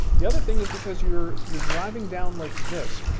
the other thing is because you're you're driving down like this.